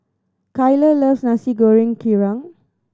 Kyler loves Nasi Goreng Kerang